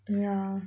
yeah